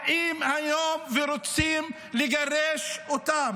באים היום ורוצים לגרש אותם.